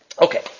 Okay